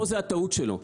פה זו הטעות שלו,